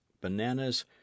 bananas